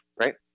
Right